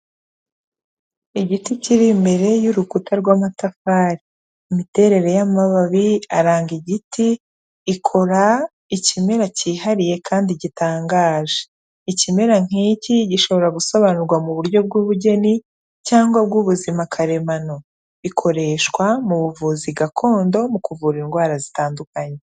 Igiti kiri imbere y'urukuta rw'amatafari imiterere y'amababi aranga igiti ikora ikimera cyihariye kandi gitangaje ikimera nk'iki gishobora gusobanurwa mu buryo bw'ubugeni cyangwa bw'ubuzima karemano gikoreshwa mu buvuzi gakondo mu kuvura indwara zitandukanye.